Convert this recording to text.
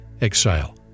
Exile